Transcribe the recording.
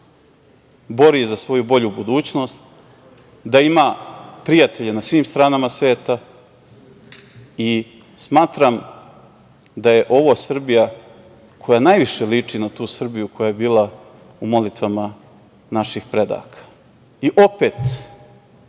bori za svoju bolju budućnost, da ima prijatelje na svim stranama sveta i smatram da je ovo Srbija koja najviše liči na tu Srbiju koja je bila u molitvama naših predaka. Opet